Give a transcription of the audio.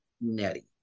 Nettie